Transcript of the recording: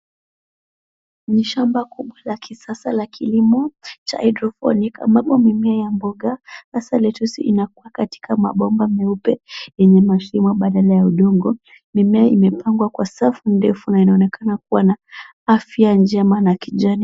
Ni shamba kubwa la kisasa la kilimo cha hydroponic ambapo mimea ya mboga hasa lettuce inakua katika mabomba meupe yenye mashimo badala ya udongo. Mimea imepangwa kwa safu ndefu na inaonekana kuwa na afya njema na kijani.